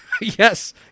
Yes